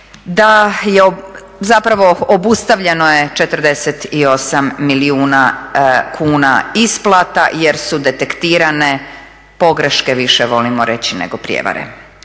je zapravo obustavljeno je 48 milijuna kuna isplata jer su detektirane pogreške, više volimo reći nego prijevare.